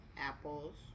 apples